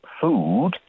food